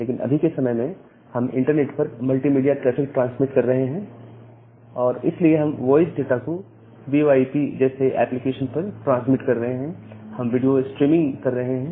लेकिन अभी के समय में हम इंटरनेट पर मल्टीमीडिया ट्रैफिक ट्रांसमीट कर रहे हैं और इसलिए हम वॉइस डाटा को वी ओ आई पी जैसे एप्लीकेशंस पर ट्रांसमीट कर रहे हैं हम वीडियो स्ट्रीमिंग कर रहे हैं